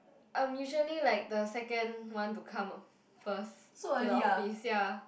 I'm usually like the second one to come first to the office ya